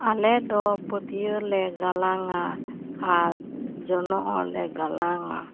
ᱟᱞᱮ ᱫᱚ ᱯᱟᱹᱴᱭᱟᱹ ᱞᱮ ᱜᱟᱞᱟᱝᱼᱟ ᱟᱨ ᱡᱚᱱᱚᱜ ᱦᱚᱞᱮ ᱜᱟᱞᱟᱝᱼᱟ